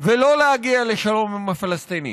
ולא להגיע לשלום עם הפלסטינים,